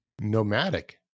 Nomadic